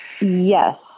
Yes